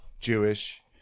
Jewish